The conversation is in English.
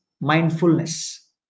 mindfulness